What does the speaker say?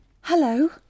Hello